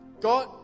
God